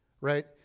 right